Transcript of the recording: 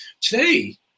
Today